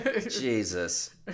Jesus